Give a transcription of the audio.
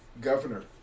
governor